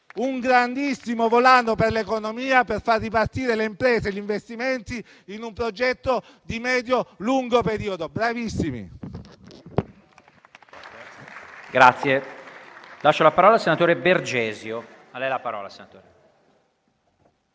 un grandissimo volano per l'economia, per far ripartire le imprese e gli investimenti in un progetto di medio-lungo periodo. Bravissimi! PRESIDENTE. È iscritto a parlare il senatore Bergesio.